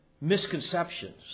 misconceptions